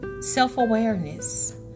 Self-awareness